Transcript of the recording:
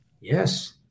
yes